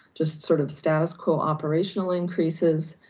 just sort of status quo operational increases.